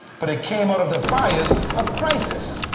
but it came out of the fires of crisis.